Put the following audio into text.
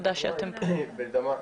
תודה שאתם כאן.